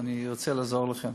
ואני ארצה לעזור לכם.